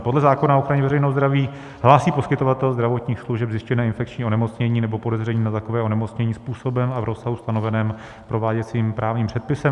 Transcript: Podle zákona o ochraně veřejného zdraví hlásí poskytovatel zdravotních služeb zjištěné infekční onemocnění nebo podezření na takové onemocnění způsobem a v rozsahu stanoveném prováděcím právním předpisem.